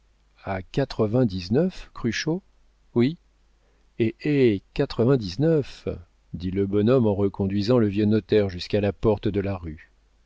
à quatre-vingt-dix-neuf cruchot oui et quatre-vingt-dix-neuf dit le bonhomme en reconduisant le vieux notaire jusqu'à la porte de la rue